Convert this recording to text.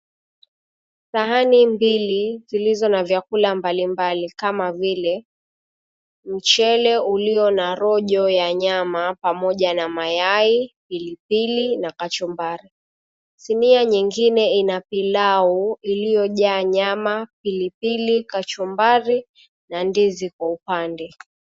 Sahani mbili zilizo na vyakula mbalimbali kama vile mchele ulio na rojo ya nyama pamoja na mayai, pilipili na kachumbari. Sinia nyingine ina pilau iliyojaa nyama, pilipili, kachumbari na ndizi kwa upande.